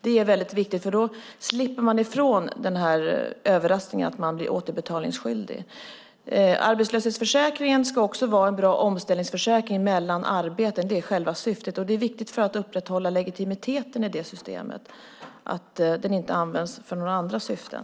Det är väldigt viktigt, för då slipper man ifrån överraskningen att man blir återbetalningsskyldig. Arbetslöshetsförsäkringen ska också vara en bra omställningsförsäkring mellan arbeten. Det är själva syftet. Det är viktigt för att upprätthålla legitimiteten i det systemet att den inte används för några andra syften.